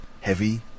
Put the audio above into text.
heavy